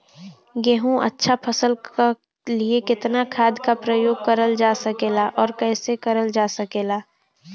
गेहूँक अच्छा फसल क लिए कितना खाद के प्रयोग करल जा सकेला और कैसे करल जा सकेला?